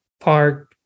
park